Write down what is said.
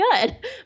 good